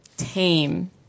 tame